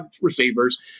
receivers